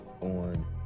on